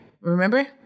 Remember